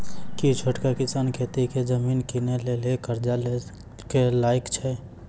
कि छोटका किसान खेती के जमीन किनै लेली कर्जा लै के लायक छै?